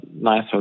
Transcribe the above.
nice